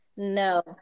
no